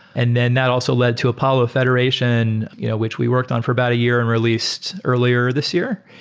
and then that also led to apollo federation you know which we worked on for about a year and released earlier this year.